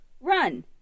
run